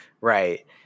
right